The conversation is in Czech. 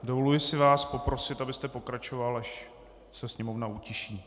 Dovoluji si vás poprosit, abyste pokračoval, až se sněmovna utiší.